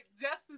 Justice